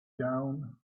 down